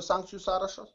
sankcijų sąrašą